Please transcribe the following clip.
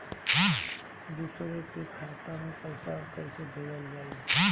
दूसरे के खाता में पइसा केइसे भेजल जाइ?